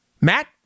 Matt